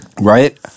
right